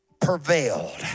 prevailed